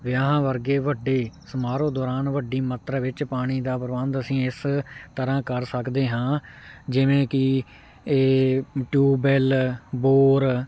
ਵਿਆਹਾਂ ਵਰਗੇ ਵੱਡੇ ਸਮਾਰੋਹ ਦੌਰਾਨ ਵੱਡੀ ਮਾਤਰਾ ਵਿੱਚ ਪਾਣੀ ਦਾ ਪ੍ਰਬੰਧ ਅਸੀਂ ਇਸ ਤਰ੍ਹਾਂ ਕਰ ਸਕਦੇ ਹਾਂ ਜਿਵੇਂ ਕਿ ਇਹ ਟੂਬਿਲ ਬੋਰ